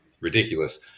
ridiculous